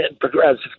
progressive